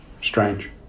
Strange